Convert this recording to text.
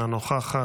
אינה נוכחת,